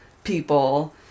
people